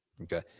okay